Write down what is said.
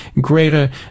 greater